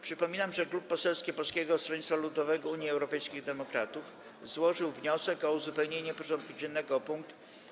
Przypominam, że Klub Poselski Polskiego Stronnictwa Ludowego - Unii Europejskich Demokratów złożył wniosek o uzupełnienie porządku dziennego o punkt: